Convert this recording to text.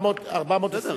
424. בסדר.